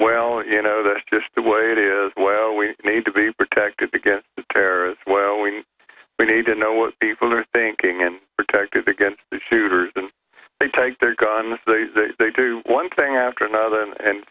well you know that's just the way it is well we need to be protected against terror as well we need to know what people are thinking and protect against the shooters and they take their gun they do one thing after another and